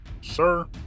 Sir